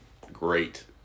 great